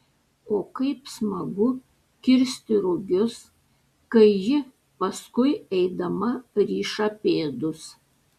o kaip smagu kirsti rugius kai ji paskui eidama riša pėdus